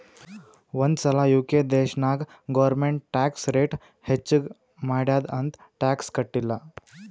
ಒಂದ್ ಸಲಾ ಯು.ಕೆ ದೇಶನಾಗ್ ಗೌರ್ಮೆಂಟ್ ಟ್ಯಾಕ್ಸ್ ರೇಟ್ ಹೆಚ್ಚಿಗ್ ಮಾಡ್ಯಾದ್ ಅಂತ್ ಟ್ಯಾಕ್ಸ ಕಟ್ಟಿಲ್ಲ